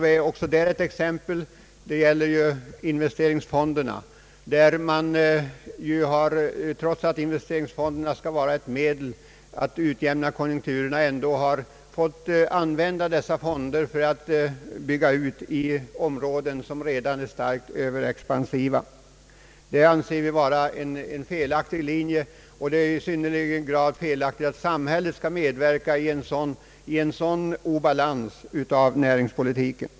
Ett exempel är investeringsfonderna. De skulle ju vara ett medel att utjämna konjunkturerna, och ändå har dessa fonder använts till att bygga ut företag i områden som redan är starkt överexpansiva. Det är felaktigt att samhället skall medverka till en sådan obalans av näringslivet.